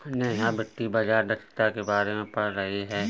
नेहा वित्तीय बाजार दक्षता के बारे में पढ़ रही थी